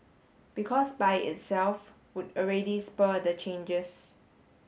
because by itself would already spur the changes